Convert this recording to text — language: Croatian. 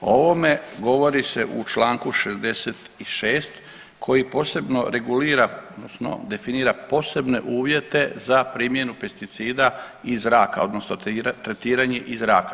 O ovome govori se u Članku 66. koji posebno regulira odnosno definira posebne uvjete za primjenu pesticida iz zraka odnosno tretiranje iz zraka.